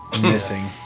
missing